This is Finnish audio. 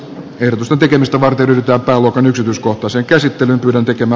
ehdotusten tekemistä varten pyytää palokan yksityiskohtaisen käsittelyn tekemä